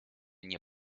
nie